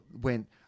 went –